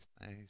nice